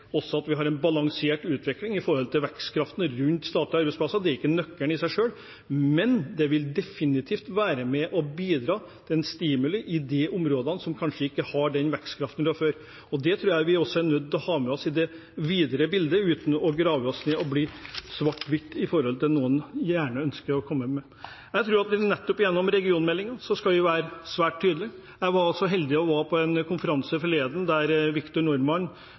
vekstkraften rundt statlige arbeidsplasser. Det er ikke nøkkelen i seg selv, men det vil definitivt være med og bidra til en stimulans i de områdene som kanskje ikke har den vekstkraften fra før. Det tror jeg vi også er nødt til å ha med oss i det videre bildet, uten å grave oss ned og se det svart-hvitt i forhold til noe en gjerne ønsker å komme med. Jeg tror at vi nettopp gjennom regionmeldingen skal være svært tydelige. Jeg var så heldig å være på en konferanse forleden der Victor